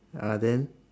ah then